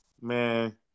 man